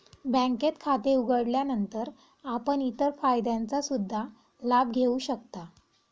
बँकेत खाते उघडल्यानंतर आपण इतर फायद्यांचा सुद्धा लाभ घेऊ शकता